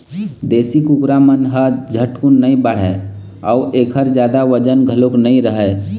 देशी कुकरा मन ह झटकुन नइ बाढ़य अउ एखर जादा बजन घलोक नइ रहय